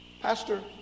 Pastor